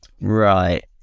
Right